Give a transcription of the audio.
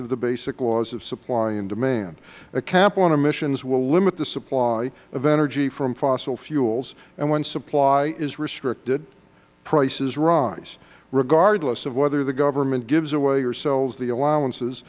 of the basic laws of supply and demand a cap on emissions will limit the supply of energy from fossil fuels and when supply is restricted prices rise regardless of whether the government gives away or sells the allowances